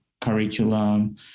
curriculum